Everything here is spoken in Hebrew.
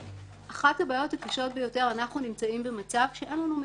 אחת הבעיות הקשות ביותר היא שאנחנו נמצאים במצב שאין לנו מידע.